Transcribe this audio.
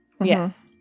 Yes